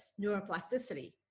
neuroplasticity